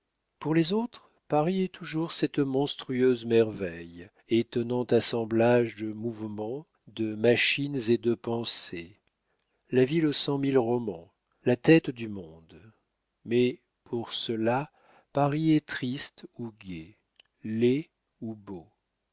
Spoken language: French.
pour les autres paris est toujours cette monstrueuse merveille étonnant assemblage de mouvements de machines et de pensées la ville aux cent mille romans la tête du monde mais pour ceux-là paris est triste ou gai laid ou beau